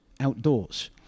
outdoors